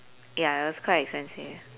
ya it was quite expensive